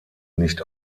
nicht